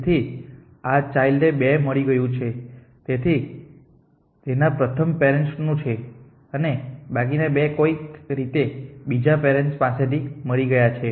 તેથી આ ચાઈલ્ડ ને 2 મળી ગયું છે તે તેના પ્રથમ પેરેન્ટ્સ નું છે અને બાકીના 2 કોઈક રીતે તે બીજા પેરેન્ટ્સ પાસેથી મળી ગયા છે